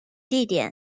地点